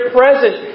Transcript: present